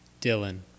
Dylan